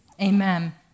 Amen